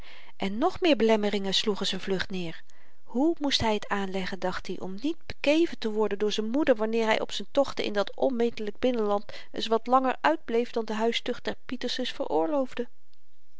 en nog meer belemmeringen sloegen z'n vlucht neer hoe moest hy t aanleggen dacht i om niet bekeven te worden door z'n moeder wanneer hy op z'n tochten in dat onmetelyk binnenland eens wat langer uitbleef dan de huistucht der pietersens